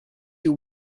you